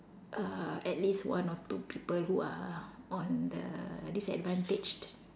uh at least one or two people who are on the disadvantaged